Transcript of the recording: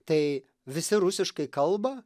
tai visi rusiškai kalba